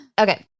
Okay